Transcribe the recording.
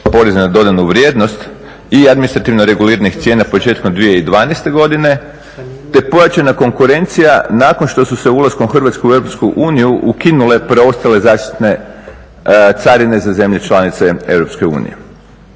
poreza na dodanu vrijednost i administrativno reguliranih cijena početkom 2012. godine, te pojačanja konkurencija nakon što su se ulaskom Hrvatske u Europsku uniju ukinule preostale zaštitne carine za zemlje članice